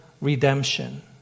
redemption